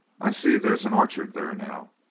i see there's an orchard there now,